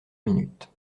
minute